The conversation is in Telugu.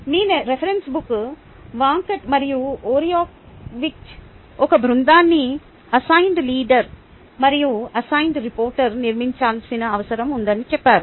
మీ రిఫరెన్స్ బుక్ వాంకాట్ మరియు ఓరియోవిక్జ్ ఈ బృందాన్ని అసైన్డ్ లీడర్ మరియు అసైన్డ్ రిపోర్టర్తో నిర్మించాల్సిన అవసరం ఉందని చెప్పారు